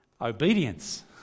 obedience